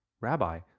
Rabbi